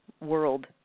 world